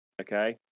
okay